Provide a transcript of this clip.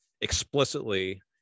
explicitly